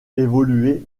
évolué